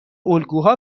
الگوها